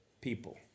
people